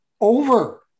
over